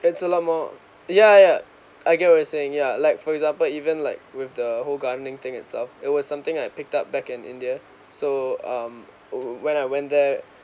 it's a lot more ya ya I get what you're saying yeah like for example even like with the whole gardening thing itself it was something I picked up back in india so um when I went there